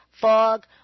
fog